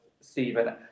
Stephen